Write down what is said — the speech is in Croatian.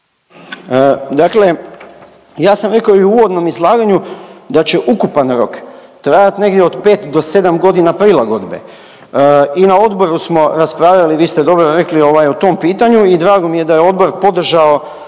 Dakle ja sam rekao i u uvodnom izlaganju da će ukupan rok trajati negdje od 5 do 7 godina prilagodbe i na odboru smo raspravljali, vi ste dobro rekli, ovaj, o tom pitanju i drago mi je da je odbor podržao